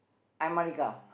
I'm Marika